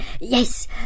yes